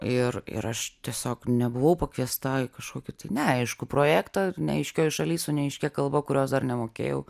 ir ir aš tiesiog nebuvau pakviesta į kažkokį tai neaiškų projektą neaiškioj šaly su neaiškia kalba kurios dar nemokėjau